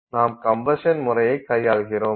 நாம் கம்பசன் முறையை கையாள்கிறோம்